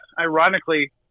ironically